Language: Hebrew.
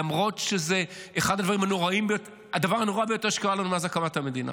למרות שזה הדבר הנורא ביותר שקרה לנו מאז הקמת המדינה,